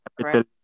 right